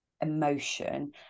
emotion